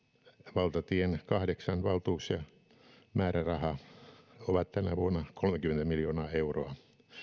valtatien kahdeksan valtuus ja määräraha ovat tänä vuonna kolmekymmentä miljoonaa euroa